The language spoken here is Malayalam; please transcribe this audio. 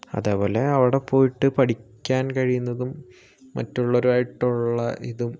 അതേപോലെ അവിടെ പോയിട്ട് പഠിക്കാൻ കഴിയുന്നതും മറ്റുള്ളവരുമായിട്ടുള്ള ഇതും